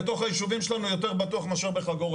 בתוך היישובים שלנו יותר בטוח מאשר בחגור.